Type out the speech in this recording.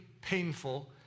painful